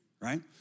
right